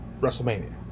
WrestleMania